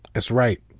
that's right.